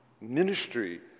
Ministry